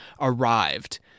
arrived